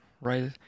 right